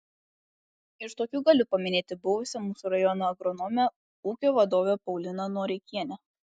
iš tokių galiu paminėti buvusią mūsų rajono agronomę ūkio vadovę pauliną noreikienę